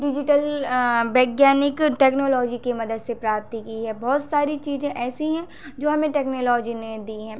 digital वैज्ञानिक technology की मदद से प्राप्त की है बहुत सारी चीज़ें ऐसी हैं जो हमें टेक्नोलॉजी ने दी हैं